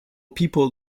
people